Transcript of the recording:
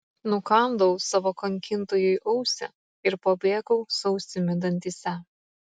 nukandau savo kankintojui ausį ir pabėgau su ausimi dantyse